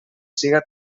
siga